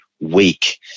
weak